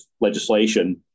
legislation